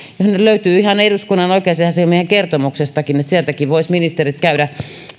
ne löytyvät ihan eduskunnan oikeusasiamiehen kertomuksestakin sieltäkin voisivat ministerit käydä